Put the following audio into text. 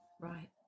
Right